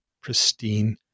pristine